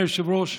שכחת?